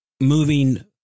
Moving